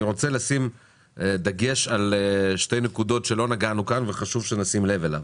אני רוצה לשים דגש על שתי נקודות שלא נגענו כאן וחשוב שנשים לב אליהן.